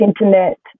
internet